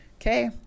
Okay